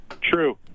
True